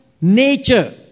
nature